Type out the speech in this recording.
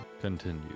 Continue